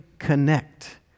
Connect